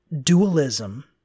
dualism